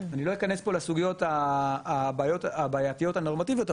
אני לא אכנס פה לסוגיות הבעייתיות הנורמטיביות,